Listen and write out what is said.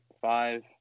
five –